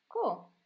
Cool